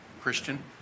Christian